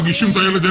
מגישים לך את הילד.